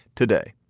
today,